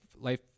life